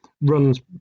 runs